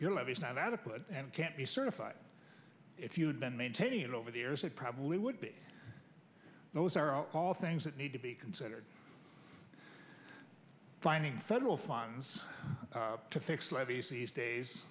e not adequate and can't be certified if you've been maintaining it over the years it probably would be those are all things that need to be considered finding federal funds to fix levees these days